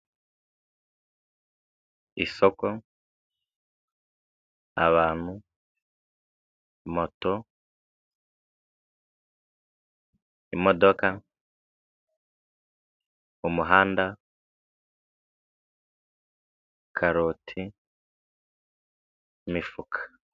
Isoko, abantu, moto, imodoka, umuhanda, karoti, imifuka.